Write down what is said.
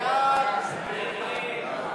סעיף 1,